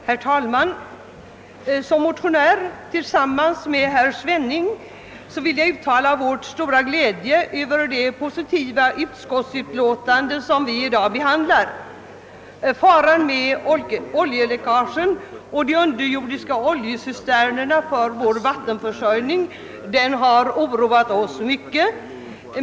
Herr talman! Som motionär tillsammans med herr Svenning vill jag uttala vår stora glädje över det positiva utskottsutlåtande som i dag föreligger. Faran av oljeläckage från de underjordiska oljecisternerna för vattenförsörjningen har oroat oss mycket.